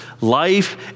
life